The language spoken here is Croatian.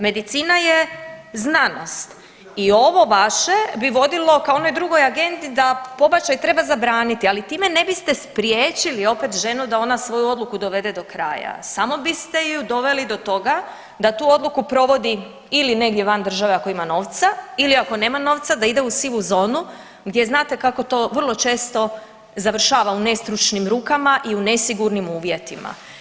Medicina je znanost i ovo vaše bi vodilo ka onoj drugoj agendi da pobačaj treba zabraniti, ali time ne biste spriječili opet ženu da ona svoju odluku dovede do kraja, samo biste ju doveli do toga da tu odluku provodi ili negdje van države ako ima novca ili ako nema novca da ide u sivu zonu gdje znate kako to vrlo često završava u nestručnim rukama i u nesigurnim uvjetima.